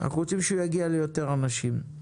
אנחנו רוצים שהוא יגיע ליותר אנשים,